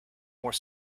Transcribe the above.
more